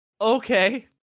okay